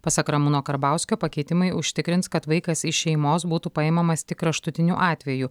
pasak ramūno karbauskio pakeitimai užtikrins kad vaikas iš šeimos būtų paimamas tik kraštutiniu atveju